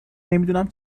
نمیدونم